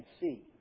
see